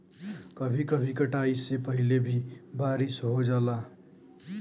कभी कभी कटाई से पहिले भी बारिस हो जाला